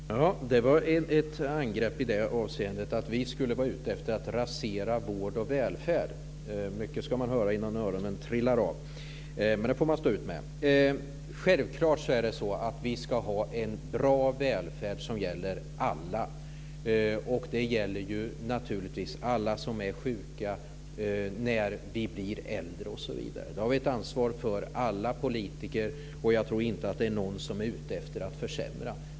Herr talman! Det var ett angrepp på oss, att vi skulle vara ute efter att rasera vård och välfärd. Mycket ska man höra innan öronen trillar av, men det får man stå ut med. Självfallet ska vi ha en bra välfärd som gäller alla, alla som är sjuka, gamla osv. Det har vi alla politiker ett ansvar för. Jag tror inte att det är någon som är ute efter att försämra för någon.